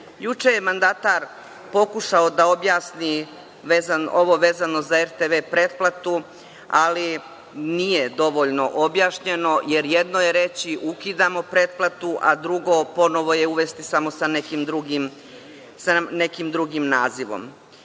Juče je mandatar pokušao da objasni ovo vezano za RTV pretplatu, ali nije dovoljno objašnjeno, jer jedno je reći ukidamo pretplatu, a drugo ponovo je uvesti samo sa nekim drugim nazivom. Šta